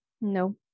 No